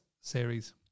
series